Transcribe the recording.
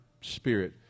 spirit